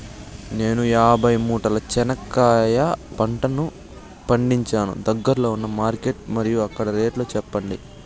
నేను యాభై మూటల చెనక్కాయ పంట పండించాను దగ్గర్లో ఉన్న మార్కెట్స్ మరియు అక్కడ రేట్లు చెప్పండి?